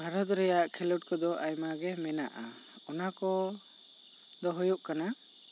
ᱵᱷᱟᱨᱚᱛ ᱨᱮᱭᱟᱜ ᱠᱷᱮᱞᱚᱰ ᱫᱚ ᱟᱭᱢᱟ ᱜᱮ ᱢᱮᱱᱟᱜᱼᱟ ᱚᱱᱟ ᱠᱚᱫᱚ ᱦᱩᱭᱩᱜ ᱠᱟᱱᱟ